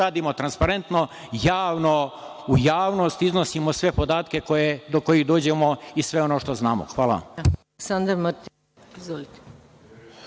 radimo transparentno, javno, u javnosti iznosimo sve podatke do kojih dođemo i sve ono što znamo. Hvala.